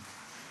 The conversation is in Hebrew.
רבה,